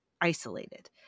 Isolated